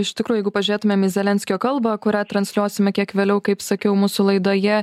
iš tikro jeigu pažiūrėtumėm į zelenskio kalbą kurią transliuosime kiek vėliau kaip sakiau mūsų laidoje